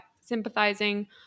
sympathizing